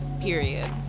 period